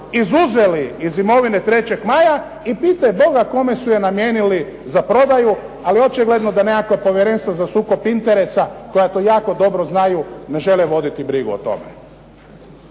izuzeli iz imovine "3. maja" i pitaj boga kome su je namijenili za prodaju. Ali očigledno da nekakvo povjerenstvo za sukob interesa koja to jako dobro znaju, ne žele voditi brigu o tome.